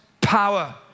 power